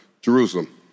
Jerusalem